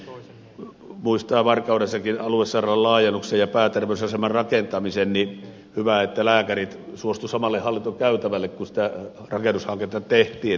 kun muistaa varkaudessakin aluesairaalan laajennuksen ja pääterveysaseman rakentamisen niin hyvä että lääkärit suostuivat samalle hallintokäytävälle kun sitä rakennushanketta tehtiin